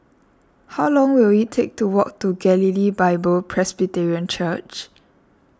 how long will it take to walk to Galilee Bible Presbyterian Church